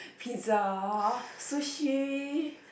pizza sushi